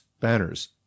Banners